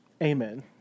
Amen